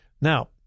Now